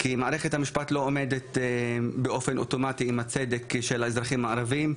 כי מערכת המשפט לא עומדת באופן אוטומטי עם הצדק של האזרחים הערביים,